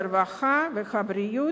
הרווחה והבריאות,